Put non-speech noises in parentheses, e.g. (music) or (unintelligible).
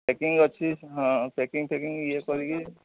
packing ଅଛି (unintelligible) packing packing ଇଏ କରିକି